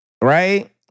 right